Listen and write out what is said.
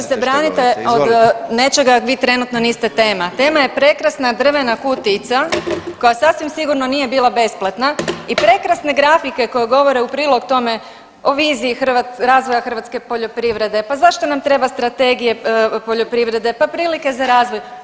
Dakle, previše se branite od nečega, a vi trenutno niste tema, tema je prekrasna drvena kutijica koja sasvim sigurno nije bila besplatna i prekrasne grafike koje govore u prilog tome o viziji razvoja hrvatske poljoprivrede, pa zašto nam treba strategija poljoprivrede, pa prilike za razvoj.